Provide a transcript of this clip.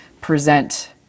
present